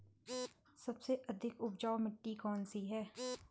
सबसे अधिक उपजाऊ मिट्टी कौन सी है?